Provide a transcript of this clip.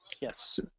Yes